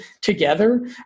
together